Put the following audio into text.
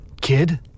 kid